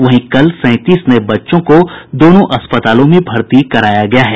वहीं कल सैंतीस नये बच्चों को दोनों अस्पतालों में भर्ती कराया गया है